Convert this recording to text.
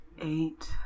Eight